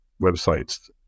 websites